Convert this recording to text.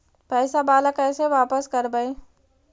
पैसा बाला कैसे बापस करबय?